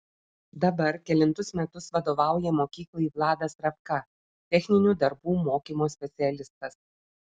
dabar kelintus metus vadovauja mokyklai vladas ravka techninių darbų mokymo specialistas